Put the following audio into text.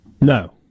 No